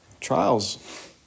Trials